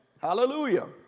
Hallelujah